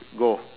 go